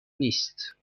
نیست